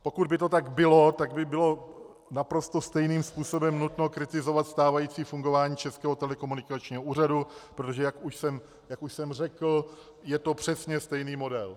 Pokud by to tak bylo, tak by bylo naprosto stejným způsobem nutno kritizovat stávající fungování Českého telekomunikačního úřadu, protože jak už jsem řekl, je to přesně stejný model.